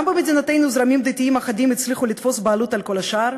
גם במדינתנו זרמים דתיים אחדים הצליחו לתפוס בעלות על כל השאר,